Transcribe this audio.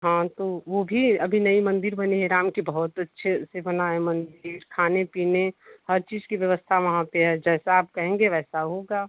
हाँ तो वो भी अभी नई मंदिर बनी है राम की बहुत अच्छे से बना है मंदिर खाने पीने हर चीज की व्यवस्था वहाँ पर है जैसा आप कहेंगे वैसा होगा